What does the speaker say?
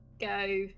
go